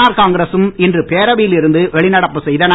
R காங்கிரசும் இன்று பேரவையில் இருந்து வெளிநடப்பு செய்தன